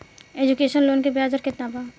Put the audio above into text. Education loan के ब्याज दर केतना बा?